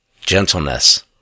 Gentleness